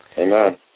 Amen